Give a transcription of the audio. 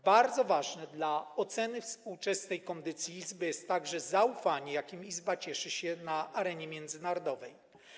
Bardzo ważne dla oceny współczesnej kondycji izby jest także zaufanie, jakim izba cieszy się na arenie międzynarodowej.